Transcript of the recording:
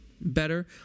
better